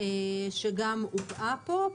שגם הובאה פה.